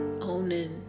owning